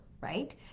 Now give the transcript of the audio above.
right